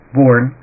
born